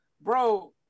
bro